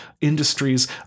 industries